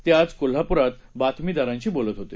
तेआजकोल्हापूरातबातमीदारांशीबोलतहोते